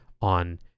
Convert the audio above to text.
on